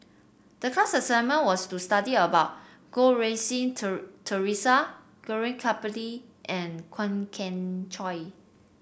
the class assignment was to study about Goh Rui Si Theresa Gaurav Kripalani and Kwok Kian Chow